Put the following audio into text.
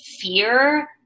fear